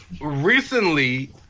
Recently